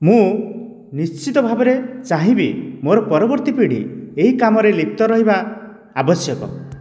ମୁଁ ନିଶ୍ଚିତ ଭାବରେ ଚାହିଁବି ମୋର ପରବର୍ତ୍ତୀ ପିଢ଼ି ଏହି କାମ ରେ ଲିପ୍ତ ରହିବା ଆବଶ୍ୟକ